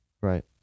Right